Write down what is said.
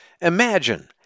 Imagine